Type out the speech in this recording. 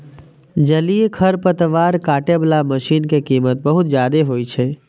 जलीय खरपतवार काटै बला मशीन के कीमत बहुत जादे होइ छै